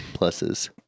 Pluses